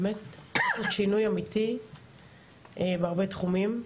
באמת לעשות שינוי אמיתי בהרבה תחומים,